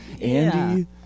Andy